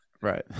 Right